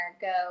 go